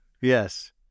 Yes